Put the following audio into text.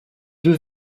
deux